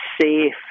safe